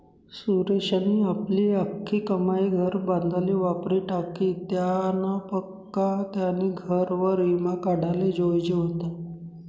सुरेशनी आपली आख्खी कमाई घर बांधाले वापरी टाकी, त्यानापक्सा त्यानी घरवर ईमा काढाले जोयजे व्हता